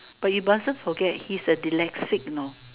but you mustn't forget he's a dyslexic you know